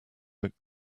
that